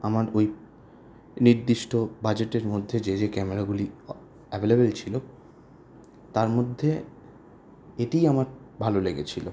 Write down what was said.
আমার ওই নির্দিষ্ট বাজেটের মধ্যে যে যে ক্যামেরাগুলি ও অ্যাভেলেবেল ছিল তার মধ্যে এটিই আমার ভালো লেগেছিল